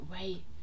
wait